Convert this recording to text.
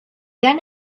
then